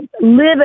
live